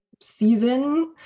season